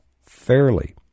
fairly